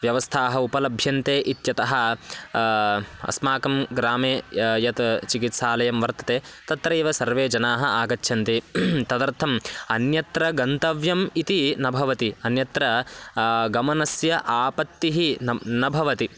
व्यवस्थाः उपलभ्यन्ते इत्यतः अस्माकं ग्रामे य यत् चिकित्सालयं वर्तते तत्रैव सर्वे जनाः आगच्छन्ति तदर्थम् अन्यत्र गन्तव्यम् इति न भवति अन्यत्र गमनस्य आपत्तिः न न भवति